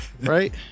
right